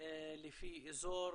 לפי אזור,